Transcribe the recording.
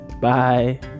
Bye